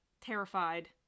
terrified